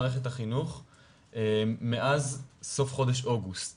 מעל כל במה, אנחנו